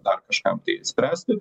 dar kažkam tai spręsti